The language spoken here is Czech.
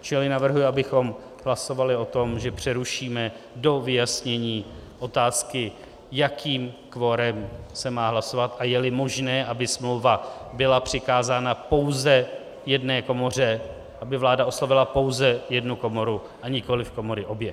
Čili navrhuji, abychom hlasovali o tom, že přerušíme do vyjasnění otázky, jakým kvorem se má hlasovat a jeli možné, aby smlouva byla přikázána pouze jedné komoře, aby vláda oslovila pouze jednu komoru a nikoliv komory obě.